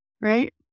right